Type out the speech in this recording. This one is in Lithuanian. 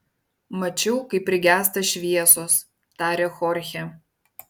mačiau kaip prigęsta šviesos tarė chorchė